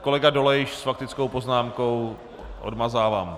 Kolega Dolejš s faktickou poznámkou odmazávám.